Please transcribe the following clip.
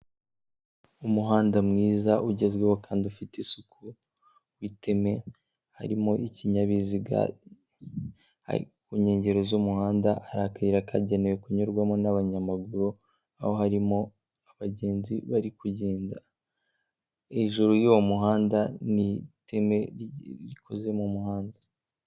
Umuhanda mwiza ugezweho kandi ufite isuku w'iteme, harimo ikinyabiziga, ku nkengero z'umuhanda hari akayira kagenewe kunyurwamo n'abanyamaguru aho harimo abagenzi bari kugenda hejuru y'uwo muhanda ni iteme rikoze mu muhanda.